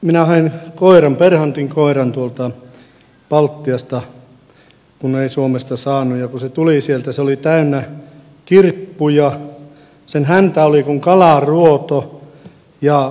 minä hain koiran bernhardinkoiran tuolta baltiasta kun ei suomesta saanut ja kun se tuli sieltä se oli täynnä kirppuja sen häntä oli kuin kalanruoto ja se oli matoja täynnä